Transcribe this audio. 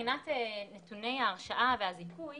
מבחינת נתוני ההרשעה והזיכוי